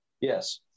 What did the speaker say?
Yes